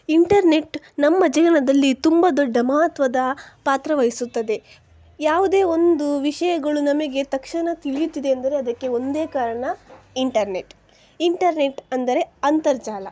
internet ನಮ್ಮ ಜೀವನದಲ್ಲಿ ತುಂಬ ದೊಡ್ಡ ಮಹತ್ವದ ಪಾತ್ರ ವಹಿಸುತ್ತದೆ ಯಾವುದೇ ಒಂದು ವಿಷಯಗಳು ನಮಗೆ ತಕ್ಷಣ ತಿಳಿಯುತ್ತಿದೆ ಅಂದರೆ ಅದಕ್ಕೆ ಒಂದೇ ಕಾರಣ ಇಂಟರ್ನೆಟ್ ಇಂಟರ್ನೆಟ್ ಅಂದರೆ ಅಂತರ್ಜಾಲ